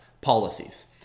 policies